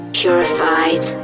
purified